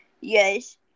Yes